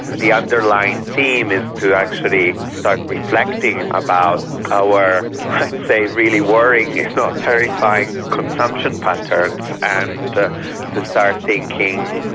the underlying theme is to actually start reflecting about our i'd say really worrying if not terrifying consumption patterns and to start thinking,